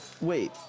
Wait